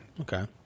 okay